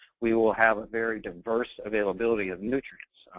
we will have a very diverse availability of nutrients.